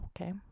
Okay